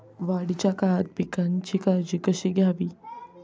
वाढीच्या काळात पिकांची काळजी कशी घ्यावी?